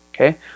Okay